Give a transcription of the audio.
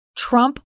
Trump